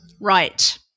Right